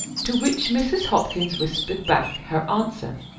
to which mrs. hopkins whispered back her answer.